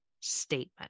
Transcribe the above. statement